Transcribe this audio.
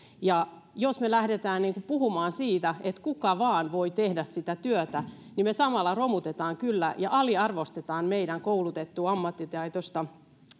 jos me lähdemme puhumaan siitä että kuka vain voi tehdä sitä työtä niin me samalla romutamme kyllä ja aliarvostamme meidän koulutettua ammattitaitoista